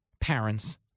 parents